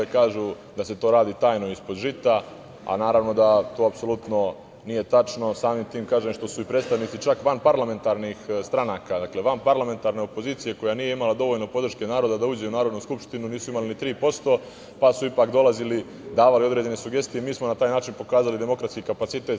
Kaže da se to radi tajno, ispod žita, a naravno da to apsolutno nije tačno samim tim što su predstavnici vanparlamentarnih stranka, dakle vanparlamentarna opozicija koja nije imala dovoljno podrške naroda da uđe u Narodnu skupštinu, nisu imali ni 3%, pa su ipak dolazili i davali određene sugestije i mi smo na taj način pokazali demokratski kapacitet.